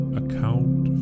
account